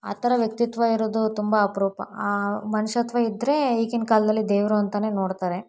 ಆ ಥರ ವ್ಯಕ್ತಿತ್ವ ಇರೋದು ತುಂಬ ಅಪರೂಪ ಆ ಮನುಷ್ಯತ್ವ ಇದ್ದರೆ ಈಗಿನ ಕಾಲದಲ್ಲಿ ದೇವರು ಅಂತಾನೇ ನೋಡ್ತಾರೆ